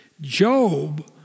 Job